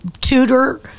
tutor